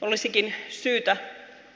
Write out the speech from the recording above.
olisikin syytä